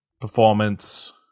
performance